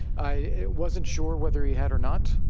i wasn't sure whether he had or not.